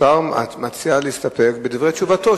השר מציע להסתפק בדברי תשובתו,